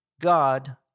God